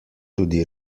tudi